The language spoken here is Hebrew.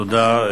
תודה.